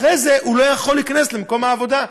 אחרי זה הוא לא יכול להיכנס למקום העבודה,